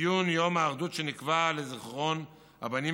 בציון יום האחדות שנקבע לזיכרון הבנים